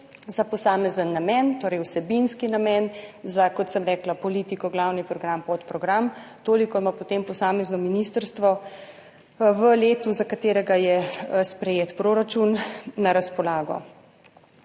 za posamezen namen, torej vsebinski namen za, kot sem rekla, politiko, glavni program, podprogram, toliko ima potem posamezno ministrstvo v letu, za katero je sprejet proračun, na razpolago.